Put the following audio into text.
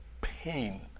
Pain